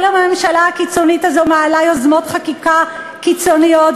כל יום הממשלה הקיצונית הזאת מעלה יוזמות חקיקה קיצוניות,